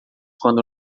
quando